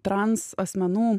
trans asmenų